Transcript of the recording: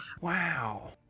Wow